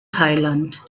thailand